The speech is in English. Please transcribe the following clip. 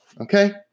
Okay